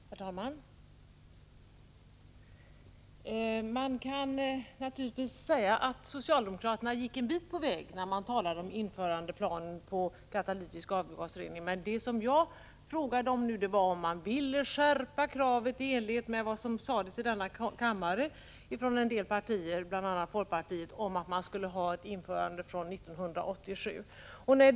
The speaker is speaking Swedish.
Herr talman! Man kan naturligtvis säga att socialdemokraterna kom en bit på väg med planen för införande av katalytisk avgasrening. Men det jag frågade var om de ville skärpa kravet i enlighet med vad som sades i denna kammare från en del partier, bl.a. folkpartiet, och som innebär ett införande från 1987 års modeller.